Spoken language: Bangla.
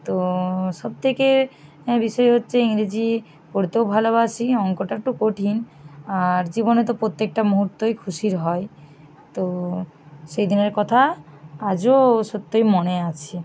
তো সবথেকে বিষয় হচ্ছে ইংরেজি পড়তেও ভালোবাসি অঙ্কটা একটু কঠিন আর জীবনে তো প্রত্যেকটা মুহূর্তই খুশির হয় তো সেই দিনের কথা আজও সত্যিই মনে আছে